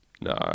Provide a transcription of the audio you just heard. No